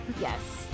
yes